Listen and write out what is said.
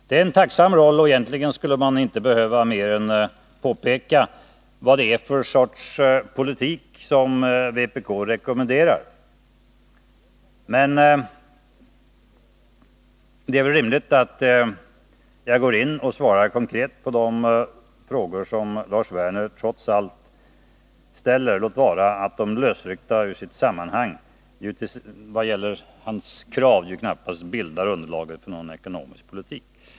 Det är en tacksam roll, och egentligen skulle man inte behöva mer än påpeka vad det är för sorts politik som vpk rekommenderar. Men det är väl rimligt att jag går in och svarar i korthet på de frågor som Lars Werner trots allt ställer, låt vara att hans krav, lösryckta ur sitt sammanhang, knappast kan bilda underlag för någon ekonomisk politik.